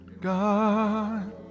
God